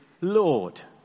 Lord